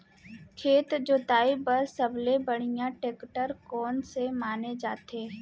खेत जोताई बर सबले बढ़िया टेकटर कोन से माने जाथे?